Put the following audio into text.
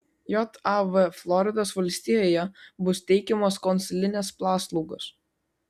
jav floridos valstijoje bus teikiamos konsulinės paslaugos